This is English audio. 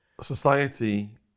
Society